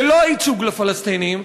ללא ייצוג לפלסטינים,